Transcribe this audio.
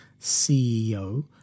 CEO